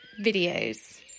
videos